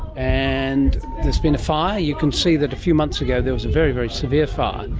and there's been a fire, you can see that a few months ago there was a very, very severe fire.